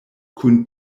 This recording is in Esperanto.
kun